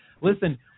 Listen